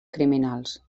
criminals